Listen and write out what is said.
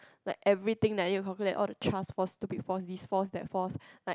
like everything that you need to calculate all the charges for stupid false this false that false like